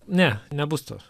ne nebus to